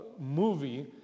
movie